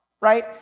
right